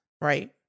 right